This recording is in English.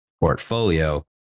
portfolio